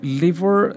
liver